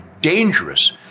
dangerous